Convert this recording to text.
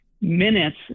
Minutes